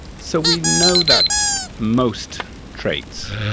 so we know that most traits